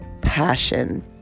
passion